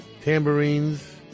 tambourines